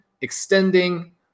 extending